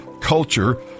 culture